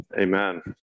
Amen